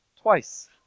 twice